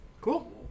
Cool